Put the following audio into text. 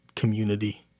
community